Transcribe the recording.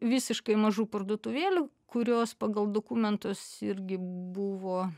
visiškai mažų parduotuvėlių kurios pagal dokumentus irgi buvo